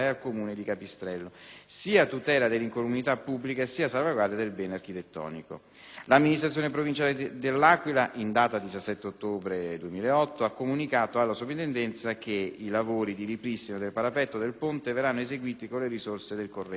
sia a tutela dell'incolumità pubblica sia a salvaguardia del bene architettonico. L'amministrazione provinciale de L'Aquila, in data 17 ottobre 2008, ha comunicato alla Soprintendenza che i lavori di ripristino del parapetto del ponte verranno eseguiti con le risorse del corrente anno.